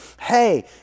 hey